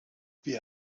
wir